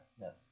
Yes